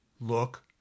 look